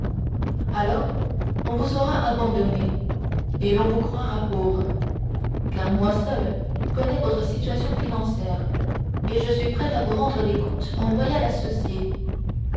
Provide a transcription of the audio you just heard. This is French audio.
alors on vous saura abandonnée et l'on vous croira pauvre car moi seul connais votre situation financière et suis prêt à vous rendre mes comptes en loyal associé